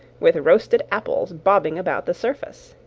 with roasted apples bobbing about the surface.